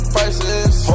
Prices